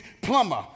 plumber